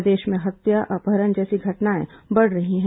प्रदेश में हत्या अपहरण जैसी घटनाएं बढ़ रही हैं